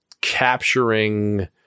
Capturing